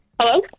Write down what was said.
Hello